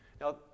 Now